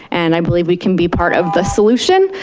and i believe we can be part of the solution,